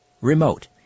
Remote